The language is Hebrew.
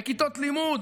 בכיתות לימוד,